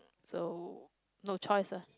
so no choice ah